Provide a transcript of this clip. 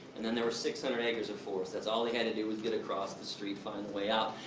and then there were six hundred acres of forest. that's all they had to do is get across the street, find the way out.